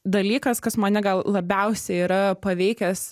dalykas kas mane gal labiausiai yra paveikęs